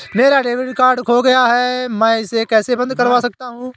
मेरा debit card खो गया है मैं इसे कैसे बंद करवा सकता हूँ?